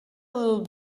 little